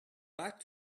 back